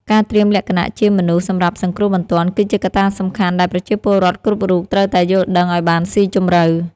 ការត្រៀមលក្ខណៈជាមុនសម្រាប់សង្គ្រោះបន្ទាន់ គឺជាកត្តាសំខាន់ដែលប្រជាពលរដ្ឋគ្រប់រូបត្រូវតែយល់ដឹងឱ្យបានស៊ីជម្រៅ។